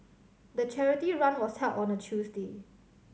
the charity run was held on a Tuesday